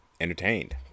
entertained